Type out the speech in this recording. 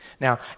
Now